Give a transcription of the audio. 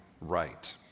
right